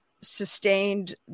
sustained